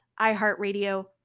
iHeartRadio